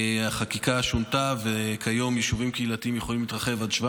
החקיקה שונתה וכיום יישובים קהילתיים יכולים להתרחב עד 700